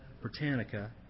Britannica